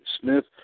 Smith